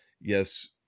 Yes